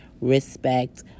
respect